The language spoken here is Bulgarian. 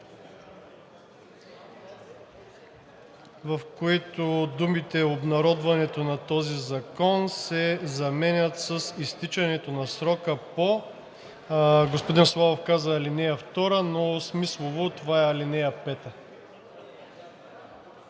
В ал. 6 думите „обнародването на този закон“ се заменят с „изтичането на срока по“ – господин Славов каза „ал. 2“, но смислово това е „ал. 5“.